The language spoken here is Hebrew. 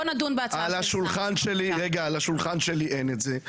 בוא נדון בהצעה --- על השולחן שלי אין את זה.